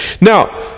Now